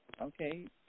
Okay